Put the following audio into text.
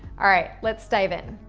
all right, let's dive in.